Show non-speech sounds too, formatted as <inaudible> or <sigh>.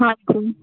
<unintelligible>